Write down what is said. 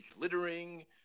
littering